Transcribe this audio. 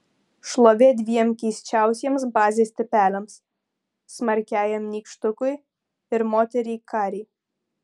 šlovė dviem keisčiausiems bazės tipeliams smarkiajam nykštukui ir moteriai karei